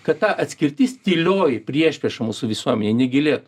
kad ta atskirtis tylioji priešprieša mūsų visuomenėj negilėtų